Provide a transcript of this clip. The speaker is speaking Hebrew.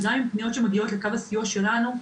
וגם עם פניות שמגיעות לקו הסיוע שלנו,